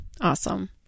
Awesome